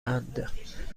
اند